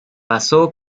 pasó